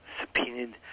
subpoenaed